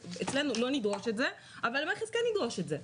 אצלנו לא נדרוש את זה אבל המכס כן ידרוש את זה.